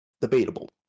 Debatable